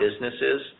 businesses